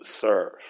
serve